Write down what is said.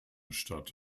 statt